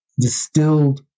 distilled